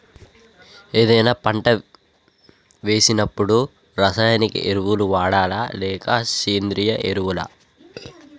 ఏదైనా పంట వేసినప్పుడు రసాయనిక ఎరువులు వాడాలా? లేక సేంద్రీయ ఎరవులా?